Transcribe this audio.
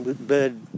bird